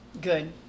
Good